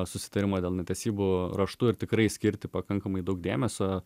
susitarimo dėl netesybų raštu ir tikrai skirti pakankamai daug dėmesio